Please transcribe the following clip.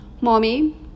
Mommy